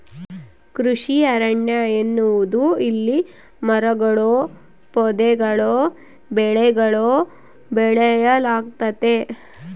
ಕೃಷಿ ಅರಣ್ಯ ಎನ್ನುವುದು ಇಲ್ಲಿ ಮರಗಳೂ ಪೊದೆಗಳೂ ಬೆಳೆಗಳೂ ಬೆಳೆಯಲಾಗ್ತತೆ